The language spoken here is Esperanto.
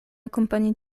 akompani